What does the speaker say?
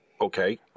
Okay